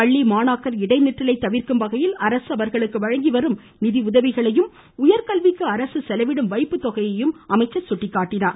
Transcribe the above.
பள்ளி மாணாக்கர் இடைநிற்றலை தவிர்க்கும் வகையில் அரசு அவர்களுக்கு வழங்கி வரும் நிதி உதவிகளையும் உயர்கல்விக்கு அரசு செலவிடும் வைப்புத் தொகையையும் அவர் சுட்டிக்காட்டினார்